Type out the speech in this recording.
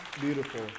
beautiful